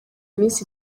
iminsi